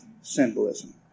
symbolism